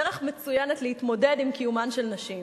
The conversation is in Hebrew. דרך מצוינת להתמודד עם קיומן של נשים.